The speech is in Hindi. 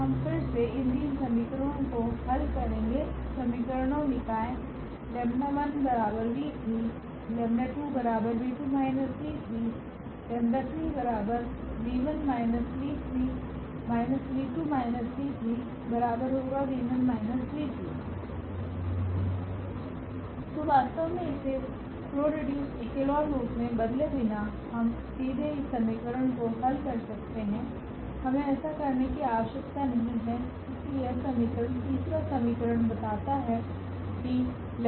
हम फिर से इन तीन समीकरणों को हल करेंगे समीकरणों निकाय 𝜆1𝑣3 𝜆2𝑣2−𝑣3 𝜆3𝑣1−𝑣3−𝑣2−𝑣3𝑣1−𝑣2 तो वास्तव में इसे रो रिड्यूस एक्लोन रूप में बदले बिना हम सीधे इस समीकरण को हल कर सकते हैं हमें ऐसा करने की आवश्यकता नहीं है क्योंकि यह समीकरण तीसरा समीकरण बताता है कि 𝜆1𝑣3